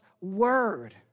word